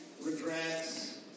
regrets